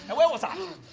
and where was i? i